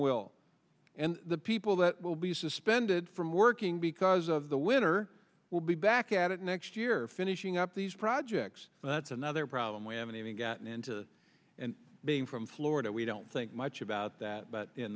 will and the people that will be suspended from working because of the winner will be back at it next year finishing up these projects and that's another problem we haven't even gotten in to and being from florida we don't think much about that but in